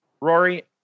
Rory